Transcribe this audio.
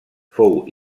fou